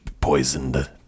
poisoned